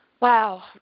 Wow